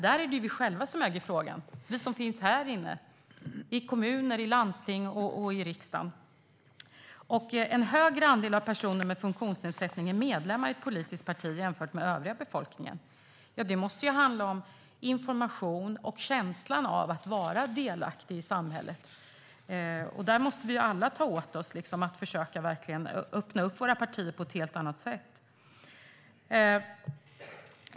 Där är det vi själva som äger frågan, vi som finns här i den här kammaren - i kommuner, i landsting och i riksdagen. En större andel personer som har en funktionsnedsättning är medlemmar i ett politiskt parti jämfört med övriga befolkningen. Det måste handla om information och känslan av att vara delaktig i samhället. Vi måste alla ta till oss det och öppna upp våra partier på ett annat sätt.